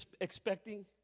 expecting